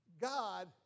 God